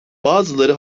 bazıları